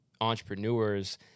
entrepreneurs